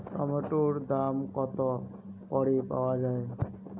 টমেটোর দাম কত করে পাওয়া যায়?